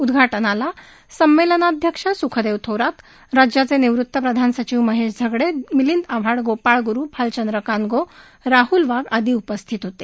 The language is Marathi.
उद्घाटनाला संमेलनाध्यक्ष सुखदेव थोरात राज्याचे निवृत प्रधान सचिव महेश झगडे मिलिंद आव्हाड गोपाळ ग्रू भालचंद्र कानगे राहल वाघ जालिंदर अडसूळ आदी उपस्थित होते